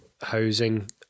housing